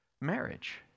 marriage